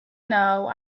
know